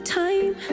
time